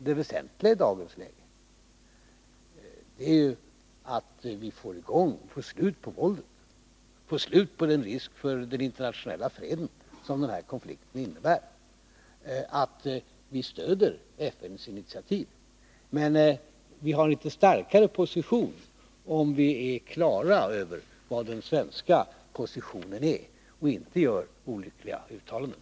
Det väsentliga i dagens läge är att vi får slut på våldet, får slut på den risk för den internationella freden som denna konflikt innebär och att vi stödjer FN:s initiativ. Men vi har en litet starkare position, om vi är klara över vilken den svenska positionen är och inte gör olyckliga uttalanden.